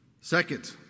Second